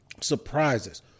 surprises